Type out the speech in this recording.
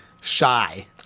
shy